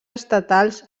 estatals